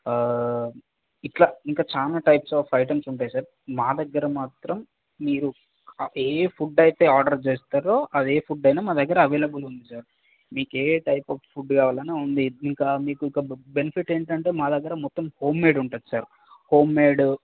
ఇట్లా ఇంకా చాలా టైప్స్ ఆఫ్ ఐటమ్స్ ఉంటాయి సార్ మా దగ్గర మాత్రం మీరు ఏ ఫుడ్ అయితే ఆర్డర్ చేస్తారో అది ఏ ఫుడ్ అయినా మా దగ్గర అవైలబుల్ ఉంది సార్ మీకు ఏ టైపు ఆఫ్ ఫుడ్ కావాలన్న ఉంది ఇంకా మీకు ఒక బెనిఫిట్ ఏంటంటే మా దగ్గర మొత్తం హోంమేడ్ ఉంటుంది సార్ హోంమేడ్